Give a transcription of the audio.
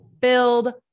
build